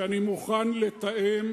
שאני מוכן לתאם